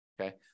okay